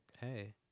hey